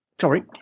sorry